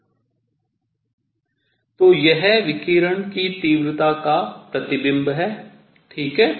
तो यह विकिरण की तीव्रता का प्रतिबिम्ब है ठीक है